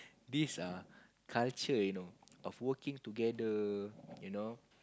this err culture you know of working together you know